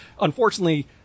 Unfortunately